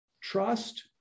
trust